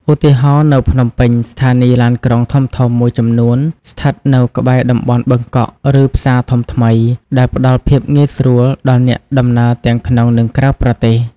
ឧទាហរណ៍ នៅភ្នំពេញ ស្ថានីយ៍ឡានក្រុងធំៗមួយចំនួនស្ថិតនៅក្បែរតំបន់បឹងកក់ ឬផ្សារធំថ្មី ដែលផ្តល់ភាពងាយស្រួលដល់អ្នកដំណើរទាំងក្នុង និងក្រៅប្រទេស។